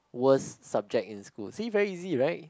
worst subject in school see very easy right